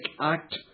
act